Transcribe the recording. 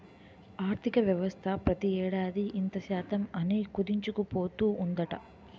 ఆర్థికవ్యవస్థ ప్రతి ఏడాది ఇంత శాతం అని కుదించుకుపోతూ ఉందట